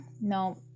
No